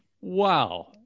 wow